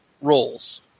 roles